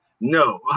No